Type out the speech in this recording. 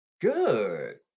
Good